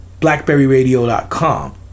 Blackberryradio.com